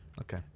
okay